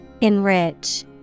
Enrich